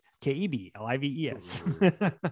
K-E-B-L-I-V-E-S